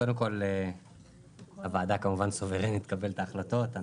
קודם כל הוועדה כמובן סוברנית לקבל את ההחלטות.